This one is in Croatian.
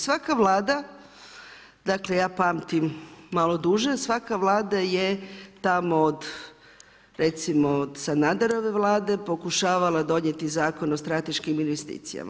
Svaka Vlada, dakle, ja pamtim malo duže, svaka Vlada je tamo od recimo od Sanaderove vlade pokušavala donijeti Zakon o strateškim investicijama.